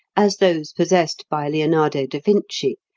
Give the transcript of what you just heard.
as those possessed by leonardo da vinci.